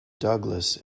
douglas